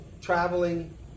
traveling